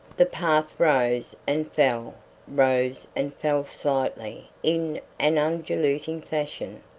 the path rose and fell rose and fell slightly in an undulating fashion,